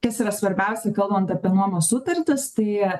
kas yra svarbiausia kalbant apie nuomos sutartis tai